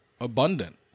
abundant